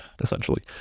essentially